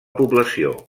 població